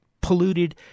polluted